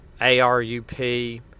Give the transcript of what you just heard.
ARUP